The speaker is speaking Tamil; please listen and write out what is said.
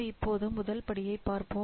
இப்போது முதல் படியைப் பார்ப்போம்